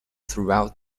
throughout